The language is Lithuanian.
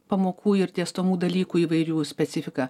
pamokų ir dėstomų dalykų įvairių specifiką